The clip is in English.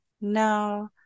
No